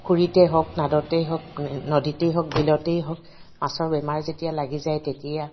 পুখুৰীতে হওক নাদতেই হওক নদীতেই হওক বিলতেই হওক মাছৰ বেমাৰ যেতিয়া লাগি যায় তেতিয়া